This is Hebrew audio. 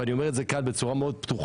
ואני אומר את זה כאן באופן מאוד פתוח